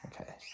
Okay